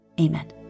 Amen